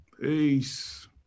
Peace